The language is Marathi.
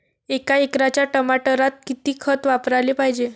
एका एकराच्या टमाटरात किती खत वापराले पायजे?